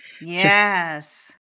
Yes